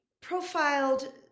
profiled